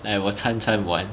like 我掺掺玩